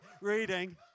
reading